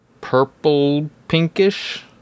purple-pinkish